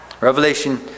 Revelation